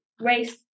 race